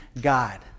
God